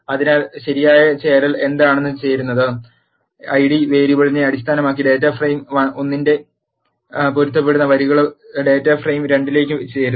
അതിനാൽ ശരിയായ ചേരൽ എന്താണ് ചെയ്യുന്നത് ഐഡി വേരിയബിളിനെ അടിസ്ഥാനമാക്കി ഡാറ്റാ ഫ്രെയിം 1 ന്റെ പൊരുത്തപ്പെടുന്ന വരികളിൽ ഡാറ്റാ ഫ്രെയിം 2 ലേക്ക് ചേരുന്നു